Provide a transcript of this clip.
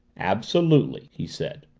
absolutely, he said.